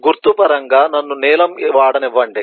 గుర్తు పరంగా నన్ను నీలం వాడనివ్వండి